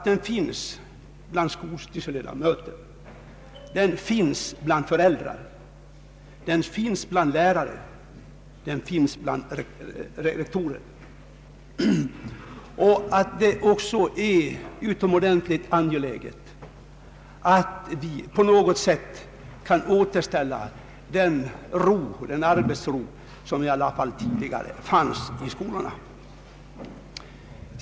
Den finns bland skolstyrelsernas ledamöter, den finns bland elever, den finns bland lärare och bland rektorer och den finns bland föräldrar. Det är utomordentligt angeläget att vi på något sätt kan återställa den arbetsro som i alla fall tidigare fanns i skolorna.